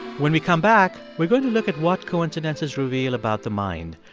when we come back, we're going to look at what coincidences reveal about the mind.